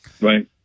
Right